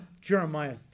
Jeremiah